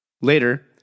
Later